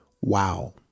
Wow